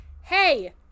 Hey